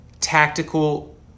tactical